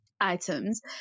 items